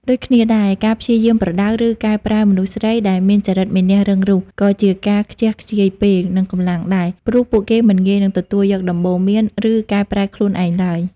ដូចគ្នាដែរ ការព្យាយាមប្រដៅ ឬកែប្រែមនុស្សស្រីដែលមានចរិតមានះរឹងរូស ក៏ជាការខ្ជះខ្ជាយពេល និងកម្លាំងដែរ ព្រោះពួកគេមិនងាយនឹងទទួលយកដំបូន្មាន ឬកែប្រែខ្លួនឯងឡើយ។